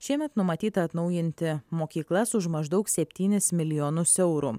šiemet numatyta atnaujinti mokyklas už maždaug septynis milijonus eurų